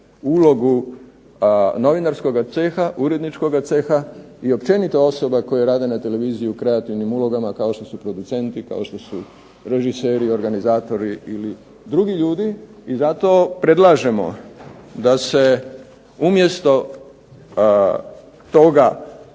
ulogu novinarskoga ceha, uredničkoga ceha i općenito osoba koje rade na televiziji u kreativnim ulogama kao što su producenti, kao što su režiseri, organizatori ili drugi ljudi. I zato predlažemo da se umjesto toga,